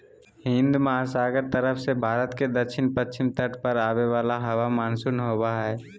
हिन्दमहासागर तरफ से भारत के दक्षिण पश्चिम तट पर आवे वाला हवा मानसून होबा हइ